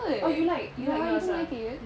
oh you like you like yours ah